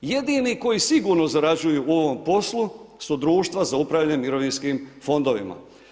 Jedni koji sigurno zarađuju u ovom poslu su društva za upravljanje mirovinskim fondovima.